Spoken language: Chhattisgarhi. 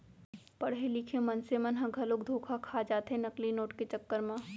पड़हे लिखे मनसे मन ह घलोक धोखा खा जाथे नकली नोट के चक्कर म